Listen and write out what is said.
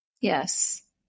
Yes